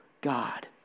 God